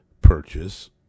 purchase